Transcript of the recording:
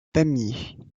pamiers